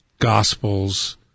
gospels